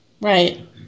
Right